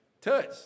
touch